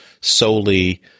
solely